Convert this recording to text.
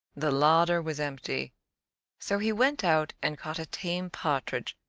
the larder was empty so he went out and caught a tame partridge,